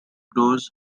grows